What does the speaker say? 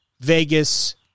Vegas